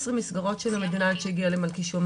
מסגרות של המדינה עד שהיא הגיעה למלכישוע.